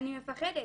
אני מפחדת.